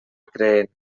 creen